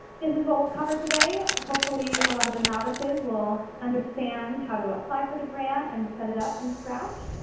this is what we'll cover today. hopefully, a lot of the novices will understand how to apply for the grant and set it up from scratch.